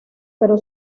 pero